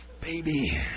Baby